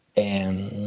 and